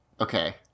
Okay